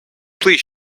please